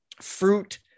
fruit